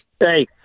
Hey